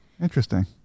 interesting